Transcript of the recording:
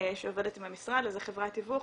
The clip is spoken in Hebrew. שעובדת עם המשרד, לאיזה חברת תיווך,